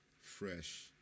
fresh